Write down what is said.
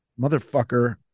motherfucker